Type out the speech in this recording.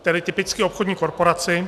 tedy typicky obchodní korporaci...